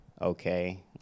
okay